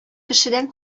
кешедән